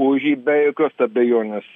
už jį be jokios abejonės